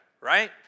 right